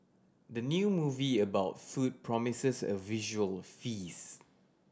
the new movie about food promises a visual face